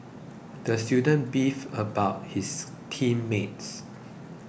the student beefed about his team mates